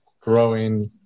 growing